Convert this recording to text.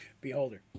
beholder